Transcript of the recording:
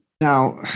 Now